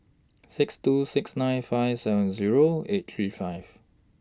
six two six nine five seven Zero eight three five